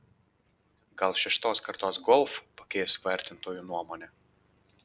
gal šeštos kartos golf pakeis vertintojų nuomonę